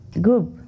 group